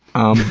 i